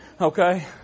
okay